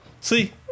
See